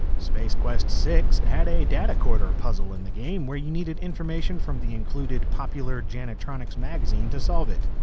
space quest six had a data corder puzzle in the game, where you needed information from the included popular janatronix magazine to solve it.